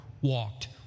walked